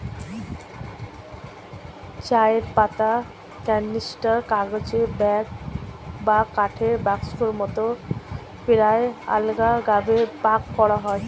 চায়ের পাতা ক্যানিস্টার, কাগজের ব্যাগ বা কাঠের বাক্সের মতো পাত্রে আলগাভাবে প্যাক করা হয়